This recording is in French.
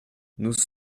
nous